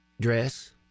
dress